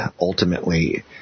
ultimately